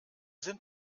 sind